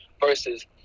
versus